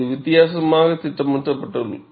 இது வித்தியாசமாக திட்டமிடப்பட்டுள்ளது